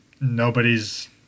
nobody's